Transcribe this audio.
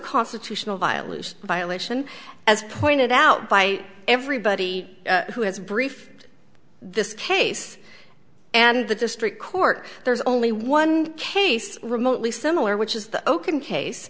constitutional violation violation as pointed out by everybody who has briefed this case and the district court there's only one case remotely similar which is the